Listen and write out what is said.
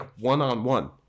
one-on-one